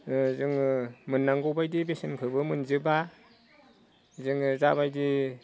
जोङो मोननांगौ बायदि बेसेनफोरखौबो मोनजोबा जोङो जाबायदि